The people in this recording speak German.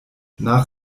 nach